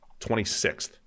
26th